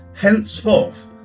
henceforth